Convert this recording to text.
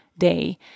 day